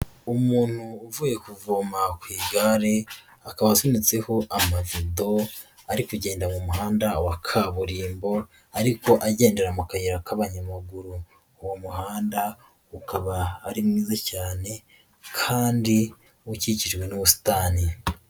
Umuntu uvuye kuvoma ku igare akaba asunitseho amavido ari kugenda mu muhanda wa kaburimbo ariko agendera mu kayira k'abanyamaguru, uwo muhanda ukaba ari mwiza cyane kandi ukikijwe n'ubusitani.